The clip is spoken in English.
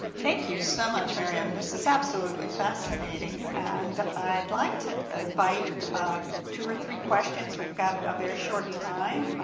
thank you so much, myriam. this is absolutely fascinating, and i'd like to invite two or three questions. we've got a very short time.